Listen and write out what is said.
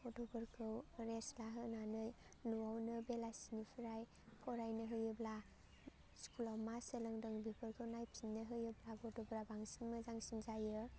गथ'फोरखौ रेस्त लाहोनानै न'आवनो बेलासिनिफ्राय फरायनो होयोब्ला स्कुलाव मा सोलोंदों बेफोरखौ नायफिननो होयोब्ला गथ'फ्रा बांसिन मोजांसिन जायो